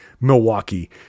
Milwaukee